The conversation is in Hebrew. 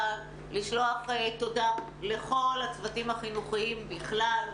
לשלוח תודה לכל הצוותים החינוכיים בכלל,